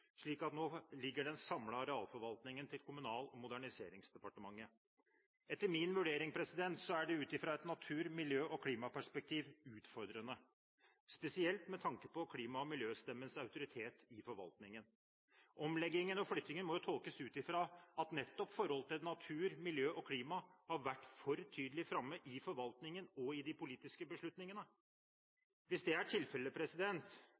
Nå ligger den samlede arealforvaltningen under Kommunal- og moderniseringsdepartementet. Etter min vurdering er dette – ut fra et natur-, miljø- og klimaperspektiv – utfordrende, spesielt med tanke på klima- og miljøstemmenes autoritet i forvaltningen. Omleggingen og flyttingen må tolkes dit hen at nettopp forholdet til natur, miljø og klima har vært for tydelig framme i forvaltningen og i de politiske beslutningene. Hvis det er tilfellet